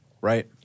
Right